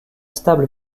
stable